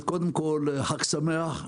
קודם כל, חג שמח,